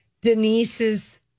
Denise's